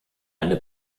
eine